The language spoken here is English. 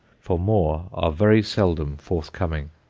for more are very seldom forthcoming.